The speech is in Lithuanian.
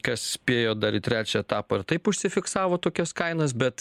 kas spėjo dar į trečią etapą ir taip užsifiksavo tokias kainas bet